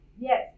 Yes